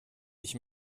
ich